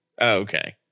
okay